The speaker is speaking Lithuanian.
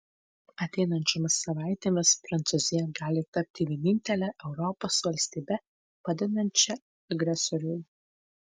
ateinančiomis savaitėmis prancūzija gali tapti vienintele europos valstybe padedančia agresoriui